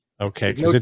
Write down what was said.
Okay